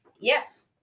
Yes